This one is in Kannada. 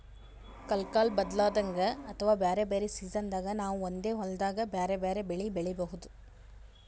ಕಲ್ಕಾಲ್ ಬದ್ಲಾದಂಗ್ ಅಥವಾ ಬ್ಯಾರೆ ಬ್ಯಾರೆ ಸಿಜನ್ದಾಗ್ ನಾವ್ ಒಂದೇ ಹೊಲ್ದಾಗ್ ಬ್ಯಾರೆ ಬ್ಯಾರೆ ಬೆಳಿ ಬೆಳಿಬಹುದ್